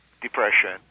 depression